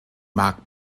mag